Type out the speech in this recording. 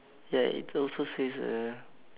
ya it also says uh